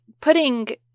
putting